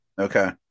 Okay